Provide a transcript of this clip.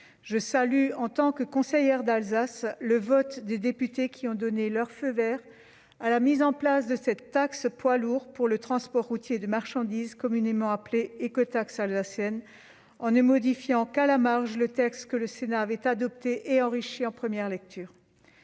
Je salue, en tant que conseillère d'Alsace, le vote des députés qui ont donné leur feu vert à la mise en place de cette taxe poids lourd pour le transport routier de marchandises, communément appelée « écotaxe alsacienne », en ne modifiant qu'à la marge le texte que le Sénat avait adopté et enrichi en première lecture.